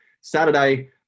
Saturday